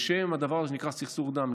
בשם הדבר הזה שנקרא "סכסוך דם",